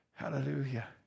Hallelujah